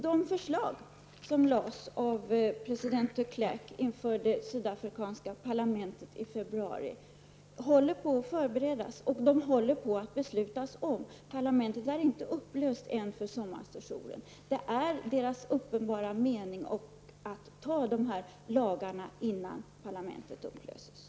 De förslag som lades fram av president de Klerk inför det sydafrikanska parlamentet i februari håller på att förberedas och beslut kommer att fattas. Parlamentet är ännu inte upplöst för sommaren. Det är avsikten att man skall anta dessa lagar innan den innevarande parlamentssessionen avslutas.